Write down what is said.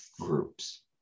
groups